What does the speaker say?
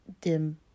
dim